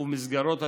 ובמסגרות הטיפוליות,